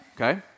okay